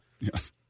Yes